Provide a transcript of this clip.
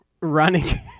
running